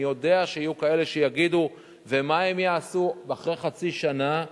אני יודע שיהיו כאלה שיגידו: ומה הם יעשו אחרי חצי שנה?